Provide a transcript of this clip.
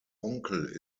onkel